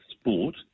sport